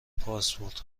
پاسپورت